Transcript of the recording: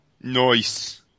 Nice